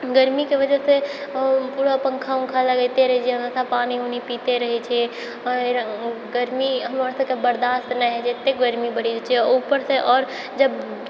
गर्मीके वजहसँ पूरा पङ्खा वङ्खा लगैते रहै छियै हमेशा पानि वानि पीते रहै छियै आओर गर्मी हमरासभके बर्दाश्त नहि होइ छै एतेक गर्मी बढ़ि जाइ छै ऊपरसँ आओर जब